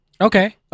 Okay